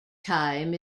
time